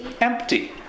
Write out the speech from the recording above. Empty